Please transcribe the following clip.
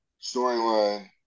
storyline